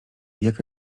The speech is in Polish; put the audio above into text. jaka